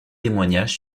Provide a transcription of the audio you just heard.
témoignage